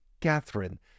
Catherine